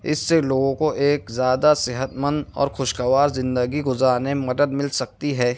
اس سے لوگوں کو ایک زیادہ صحت مند اور خوش گوار زندگی گزارنے میں مدد مل سکتی ہے